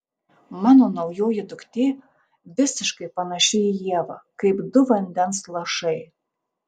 mano naujoji duktė visiškai panaši į ievą kaip du vandens lašai